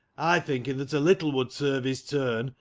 i thinking that a little would serve his turn,